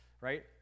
right